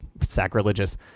sacrilegious